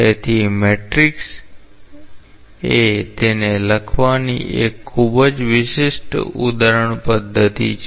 તેથી મેટ્રિક્સ એ તેને લખવાની એક ખૂબ જ વિશિષ્ટ ઉદાહરણ પદ્ધતિ છે